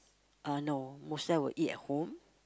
uh no mostly I will eat at home